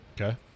Okay